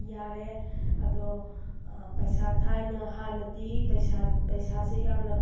ꯌꯥꯔꯦ ꯑꯗꯣ ꯄꯩꯁꯥ ꯊꯥꯏꯅ ꯍꯥꯟꯅꯗꯤ ꯄꯩꯁꯥ ꯄꯩꯁꯥꯁꯤ ꯌꯥꯝꯅ